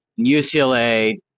UCLA